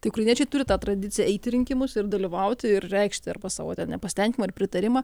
tai ukrainiečiai turi tą tradiciją eit į rinkimus ir dalyvauti ir reikšti arba savo ten nepasitenkinimą ar pritarimą